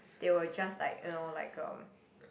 they will just like you know like um